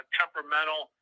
temperamental